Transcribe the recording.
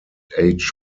age